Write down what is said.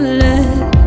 let